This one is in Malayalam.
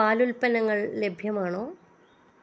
പാൽ ഉൽപ്പന്നങ്ങൾ ലഭ്യമാണോ